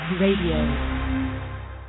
Radio